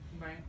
Right